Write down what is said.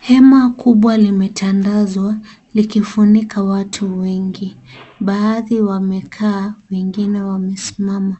Hema kubwa limetandazwa likifunika watu wengi baadhi wamekaa, wengine wamesimama,